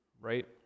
right